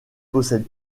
possède